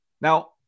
Now